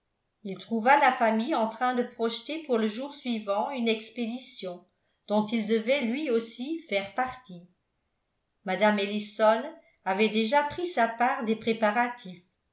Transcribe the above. il trouva la famille en train de projeter pour le jour suivant une expédition dont il devait lui aussi faire partie mme ellison avait déjà pris sa part des préparatifs